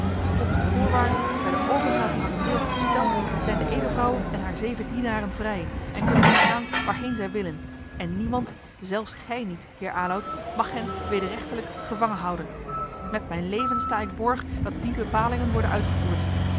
volgens de voorwaarden bij de overgave van den burcht gesteld zijn de edelvrouwe en hare zeven dienaren vrij en kunnen zij gaan waarheen zij willen en niemand zelfs gij niet heer aloud mag hen wederrechtelijk gevangen houden met mijn leven sta ik borg dat die bepalingen worden uitgevoerd